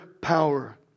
power